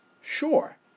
sure